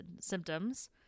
symptoms